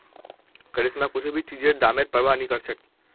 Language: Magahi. करिश्मा कुछू भी चीजेर दामेर प्रवाह नी करछेक